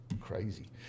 crazy